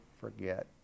forget